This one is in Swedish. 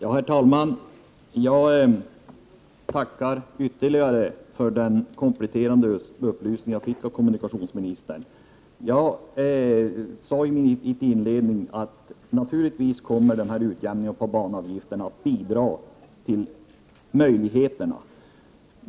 Herr talman! Jag tackar för den kompletterande upplysning jag fick av kommunikationsministern. I min inledning sade jag att den här utjämningen av banavgifterna naturligtvis kommer att bidra till att förbättra möjligheterna.